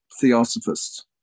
theosophists